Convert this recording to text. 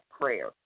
prayer